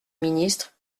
ministre